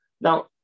Now